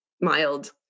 mild